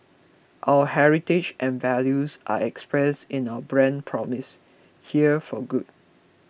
our heritage and values are expressed in our brand promise here for good